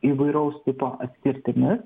įvairaus tipo atskirtimi